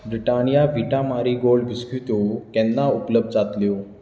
Britannia Vita Marie Gold बिस्कुत्यो केन्ना उपलब्ध जातल्यो